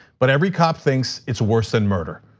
but every cop thinks it's worse than murder.